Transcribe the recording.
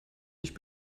nicht